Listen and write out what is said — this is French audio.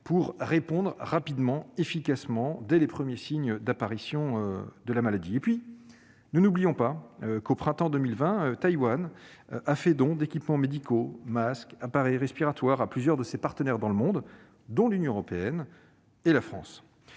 pour réagir rapidement et efficacement dès les premiers signes d'apparition de la maladie. Nous n'oublions pas qu'au printemps 2020 Taïwan a fait don d'équipements médicaux- masques, appareils respiratoires -à plusieurs de ses partenaires dans le monde, dont l'Union européenne et la France.